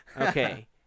okay